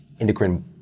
endocrine